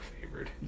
favored